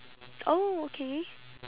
oh okay